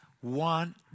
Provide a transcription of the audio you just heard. one